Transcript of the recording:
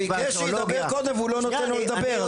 הוא ביקש שהוא ידבר קודם והוא לא נותן לו לדבר,